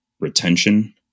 retention